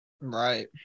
right